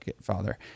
father